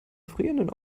frierenden